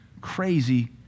crazy